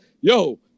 Yo